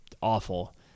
awful